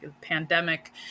pandemic